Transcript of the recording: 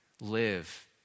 live